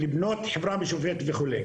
לבנות חברה משותפת וכו'.